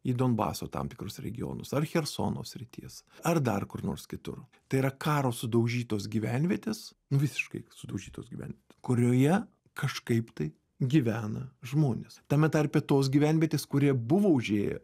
į donbaso tam tikrus regionus ar chersono srities ar dar kur nors kitur tai yra karo sudaužytos gyvenvietės visiškai sudaužytos gyvenvietės kurioje kažkaip taip gyvena žmonės tame tarpe tos gyvenvietės kur jie buvo užėję